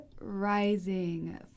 Rising